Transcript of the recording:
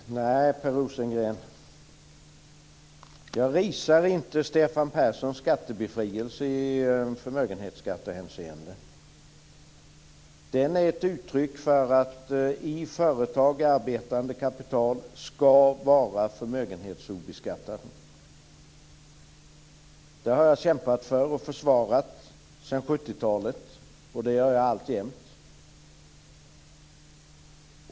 Fru talman! Nej, Per Rosengren, jag risar inte Stefan Perssons skattebefrielse i förmögenhetsskattehänseende. Den är ett uttryck för att i företag arbetande kapital ska vara förmögenhetsobeskattat. Det har jag kämpat för och försvarat sedan 70-talet, och det gör jag alltjämt.